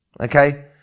Okay